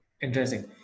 Interesting